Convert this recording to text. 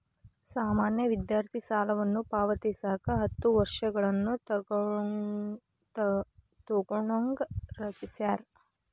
ಸಾಮಾನ್ಯ ವಿದ್ಯಾರ್ಥಿ ಸಾಲವನ್ನ ಪಾವತಿಸಕ ಹತ್ತ ವರ್ಷಗಳನ್ನ ತೊಗೋಣಂಗ ರಚಿಸ್ಯಾರ